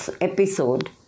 episode